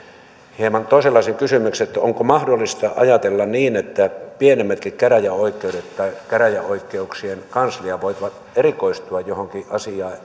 hieman toisenlaisen kysymyksen onko mahdollista ajatella niin että pienemmätkin käräjäoikeudet tai käräjäoikeuksien kansliat voisivat erikoistua johonkin